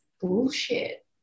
bullshit